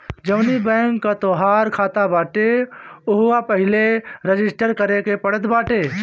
जवनी बैंक कअ तोहार खाता बाटे उहवा पहिले रजिस्टर करे के पड़त बाटे